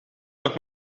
nog